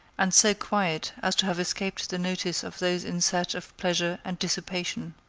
and so quiet as to have escaped the notice of those in search of pleasure and dissipation.